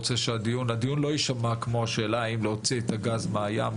הדיון לא יישמע כמו השאלה: "האם להוציא את הגז מהים,